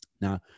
Now